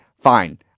Fine